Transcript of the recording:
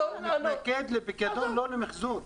הוא מתנגד לפיקדון, לא למיחזור.